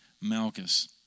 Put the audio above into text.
Malchus